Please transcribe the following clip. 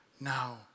now